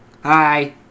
Hi